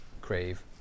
crave